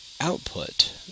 output